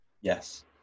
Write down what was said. Yes